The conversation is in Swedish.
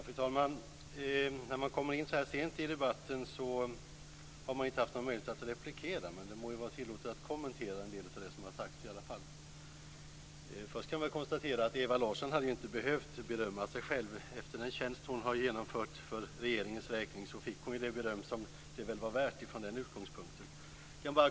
Fru talman! När man kommer in så här sent i debatten har man inte haft någon möjlighet att replikera, men det må vara tillåtet att kommentera en del av det som har sagts. Först kan jag bara konstatera att Ewa Larsson inte hade behövt berömma sig själv. Efter den tjänst hon har genomfört för regeringens räkning fick hon det beröm som det väl var värt från den utgångspunkten.